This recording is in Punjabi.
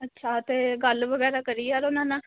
ਅੱਛਾ ਅਤੇ ਗੱਲ ਵਗੈਰਾ ਕਰੀ ਯਾਰ ਉਹਨਾਂ ਨਾਲ